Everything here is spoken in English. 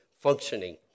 functioning